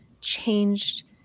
changed